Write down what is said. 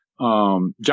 John